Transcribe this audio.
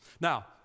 Now